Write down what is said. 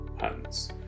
hands